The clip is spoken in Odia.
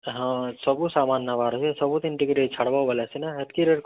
ହଁ ସବୁ ସାମାନ୍ ନବାର୍ କେ ସବୁଥିନ୍ ଟିକେ ଟିକେ ଛାଡ଼୍ବ ବୋଲେ ସିନା ହେତକିରେ